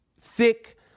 Thick